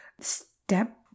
step